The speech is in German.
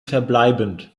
verbleibend